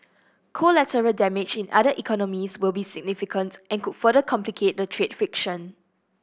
collateral damage in other economies will be significant and could further complicate the trade friction